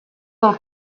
del